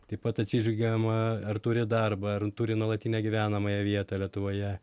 taip pat atsižvelgiama ar turi darbą ar turi nuolatinę gyvenamąją vietą lietuvoje